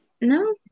no